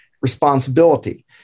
responsibility